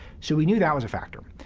so we knew that was a factor.